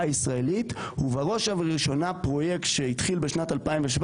הישראלית ובראש ובראשונה פרויקט שהתחיל בשנת 2017,